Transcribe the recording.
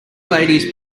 ladies